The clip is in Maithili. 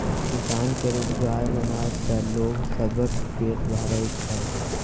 किसान केर उपजाएल अनाज सँ लोग सबक पेट भरइ छै